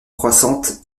croissante